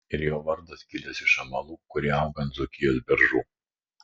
ir jo vardas kilęs iš amalų kurie auga ant dzūkijos beržų